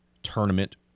Tournament